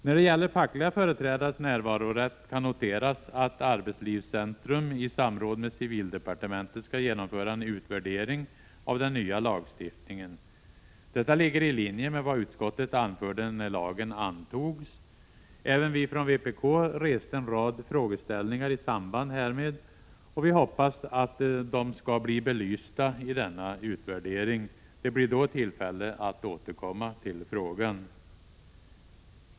När det gäller fackliga företrädares närvarorätt kan noteras att arbetslivscentrum i samråd med civildepartementet skall genomföra en utvärdering av den nya lagstiftningen. Detta ligger i linje med vad utskottet anförde när lagen antogs. Även vi från vpk reste en rad frågeställningar i samband därmed, och vi hoppas att de skall bli belysta i denna utvärdering. Det blir då tillfälle att återkomma till frågan.